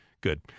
good